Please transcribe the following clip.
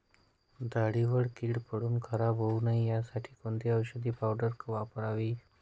डाळीवर कीड पडून खराब होऊ नये यासाठी कोणती औषधी पावडर वापरावी?